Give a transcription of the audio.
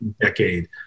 decade